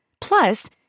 Plus